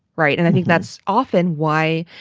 right. and i think that's often why